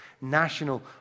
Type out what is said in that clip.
national